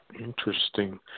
Interesting